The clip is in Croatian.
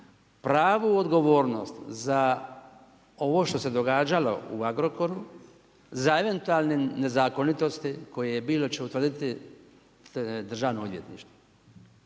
Pravu odgovornost za ovo što se događalo u Agrokoru za eventualne nezakonitosti koje je bilo će utvrditi DORH. Mi